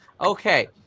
Okay